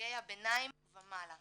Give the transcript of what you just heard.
בדרגי הביניים ומעלה.